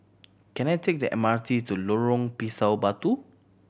can I take the M R T to Lorong Pisang Batu